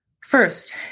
First